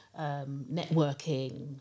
networking